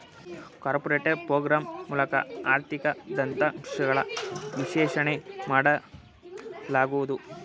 computer program ಮೂಲಕ ಆರ್ಥಿಕ ದತ್ತಾಂಶಗಳ ವಿಶ್ಲೇಷಣೆ ಮಾಡಲಾಗುವುದು